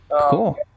Cool